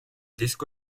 disco